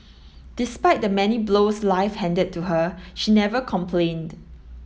despite the many blows life handed to her she never complained